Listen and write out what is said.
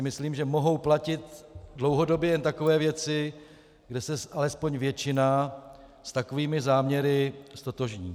Myslím si, že mohou platit dlouhodobě jen takové věci, kde se alespoň většina s takovými záměry ztotožní.